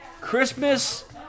Christmas